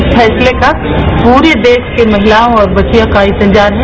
इस फैसले का पूरे देश की महिलाओं और बच्चियों को इंतजार है